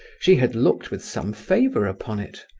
she had looked with some favour upon it,